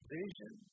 vision